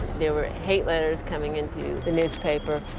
there were hate letters coming into the newspaper.